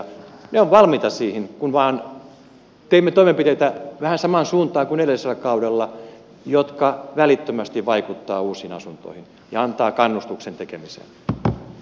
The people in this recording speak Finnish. ne ovat valmiita siihen kun vain teemme toimenpiteitä vähän samaan suuntaan kuin edellisellä kaudella jotka välittömästi vaikuttavat uusiin asuntoihin ja antavat kannustuksen tekemiseen